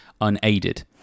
unaided